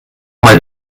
mal